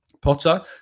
Potter